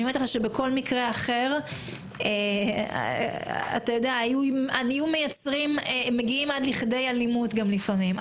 בכל מקרה אחר היו מגיעים עד לכדי אלימות לפעמים.